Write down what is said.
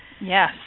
Yes